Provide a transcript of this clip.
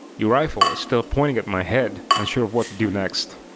your rifle is still pointing at my head, unsure of what to do next.